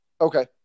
Okay